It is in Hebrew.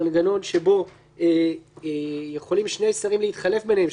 מנגנון שבו יכולים שני שרים להתחלף ביניהם,